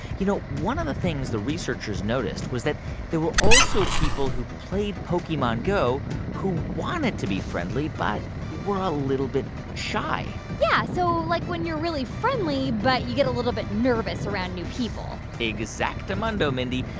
you know, one of the things the researchers noticed was that there were also people who played pokemon go who wanted to be friendly but were a little bit shy yeah. so, like, when you're really friendly but you get a little bit nervous around new people exactamundo, mindy.